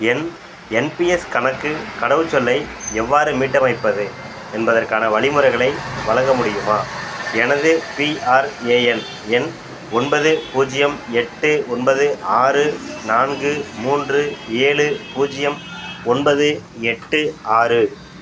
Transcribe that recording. என் NPS கணக்கு கடவுச்சொல்லை எவ்வாறு மீட்டமைப்பது என்பதற்கான வழிமுறைகளை வழங்க முடியுமா எனது பிஆர்ஏஎன் எண் ஒன்பது பூஜ்ஜியம் எட்டு ஒன்பது ஆறு நான்கு மூன்று ஏழு பூஜ்ஜியம் ஒன்பது எட்டு ஆறு